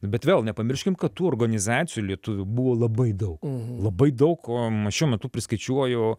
bet vėl nepamirškim kad tų organizacijų lietuvių buvo labai daug labai daug ko šiuo metu priskaičiuoju